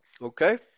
okay